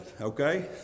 Okay